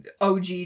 OG